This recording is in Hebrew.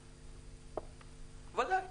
בוודאי.